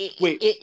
Wait